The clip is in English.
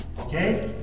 okay